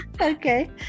okay